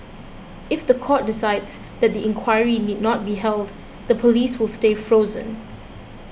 if the court decides that the inquiry need not be held the policies will stay frozen